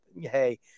Hey